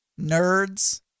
nerds